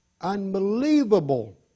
unbelievable